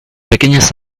pequeñas